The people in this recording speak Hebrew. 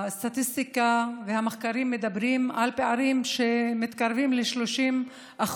הסטטיסטיקה והמחקרים מדברים על פערים שמתקרבים ל-30%